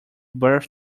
birth